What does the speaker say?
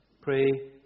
pray